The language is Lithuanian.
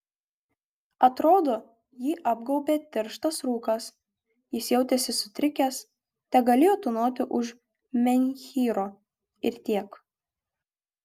atrodo jį apgaubė tirštas rūkas jis jautėsi sutrikęs tegalėjo tūnoti už menhyro ir tiek